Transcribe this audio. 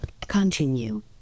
Continue